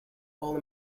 all